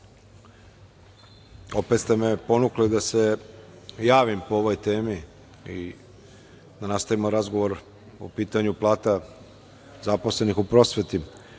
ste me ponukali da se javim po ovoj temi, da nastavimo razgovor po pitanju plata zaposlenih u prosveti.